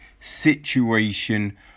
Situation